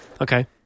Okay